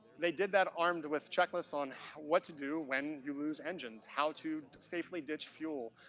they did that armed with checklists on what to do when you lose engines. how to safely ditch fuel.